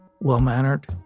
well-mannered